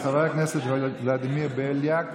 חבר הכנסת ולדימיר בליאק,